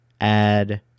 add